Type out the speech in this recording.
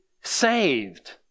saved